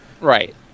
Right